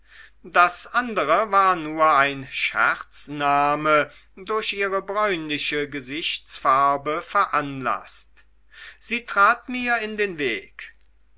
das andere war nur ein scherzname durch ihre bräunliche gesichtsfarbe veranlaßt sie trat mir in den weg